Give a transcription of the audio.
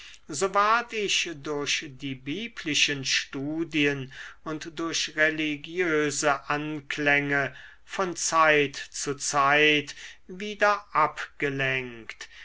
so ward ich durch die biblischen studien und durch religiöse anklänge von zeit zu zeit wieder abgelenkt